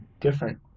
different